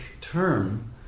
term